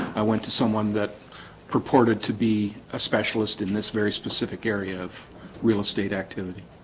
i went to someone that purported to be a specialist in this very specific area of real estate activity